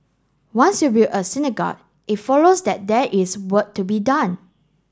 once you build a synagogue it follows that there is work to be done